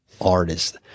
artist